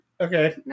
Okay